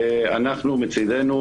אנחנו מצידנו,